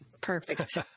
Perfect